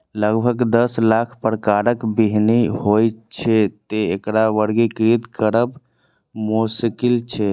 लगभग दस लाख प्रकारक बीहनि होइ छै, तें एकरा वर्गीकृत करब मोश्किल छै